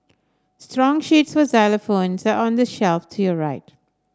strong sheets for xylophones are on the shelf to your right